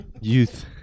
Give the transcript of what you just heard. Youth